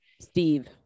Steve